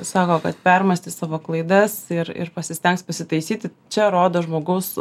sako kad permąstys savo klaidas ir ir pasistengs pasitaisyti čia rodo žmogaus